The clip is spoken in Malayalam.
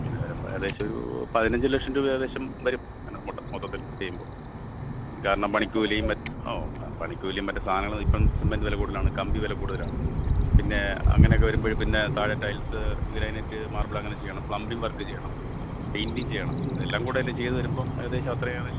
അങ്ങനെ വരുമ്പോള് ഏകദേശം ഒരു പതിനഞ്ചു ലക്ഷം രൂപ ഏകദേശം വരും അങ്ങനെ മൊത്തത്തിൽ ചെയ്യുമ്പോള് കാരണം പണിക്കൂലിയും മറ്റ് ഓ പണിക്കൂലിയും മറ്റു സാധങ്ങള് ഇപ്പോള് സിമെന്റ് വില കൂടുതലാണ് കമ്പി വില കൂടുതലാണ് പിന്നെ അങ്ങനെയൊക്കെ വരുമ്പോള് പിന്നെ താഴെ ടൈൽസ് ഗ്രാനൈറ്റ് മാർബിൾ അങ്ങനെ ചെയ്യണം പ്ലംമ്പിങ് വർക്ക് ചെയ്യണം പെയിന്റിങ് ചെയ്യണം ഇതെല്ലാം കൂടെ ചെയ്തുവരുമ്പോള് ഏകദേശം അത്ര ഏകദേശം